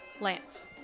Lance